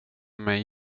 mig